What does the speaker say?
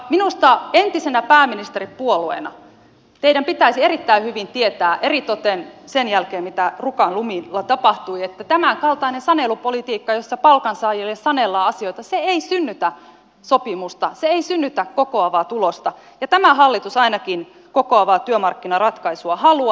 minusta entisenä pääministeripuolueena teidän pitäisi erittäin hyvin tietää eritoten sen jälkeen mitä rukan lumilla tapahtui että tämänkaltainen sanelupolitiikka jossa palkansaajille sanellaan asioita ei synnytä sopimusta se ei synnytä kokoavaa tulosta ja tämä hallitus ainakin kokoavaa työmarkkinaratkaisua haluaa